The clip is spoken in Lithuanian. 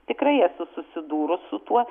tikrai esu susidūrus su tuo